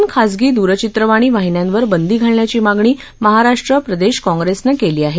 दोन खाजगी दूरचित्रवाणी वाहिन्यांवर बंदी घालण्याची मागणी महाराष्ट्र प्रदेश काँग्रेसनं केली आहे